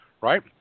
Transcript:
right